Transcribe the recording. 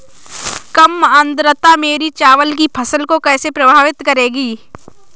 कम आर्द्रता मेरी चावल की फसल को कैसे प्रभावित करेगी?